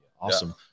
Awesome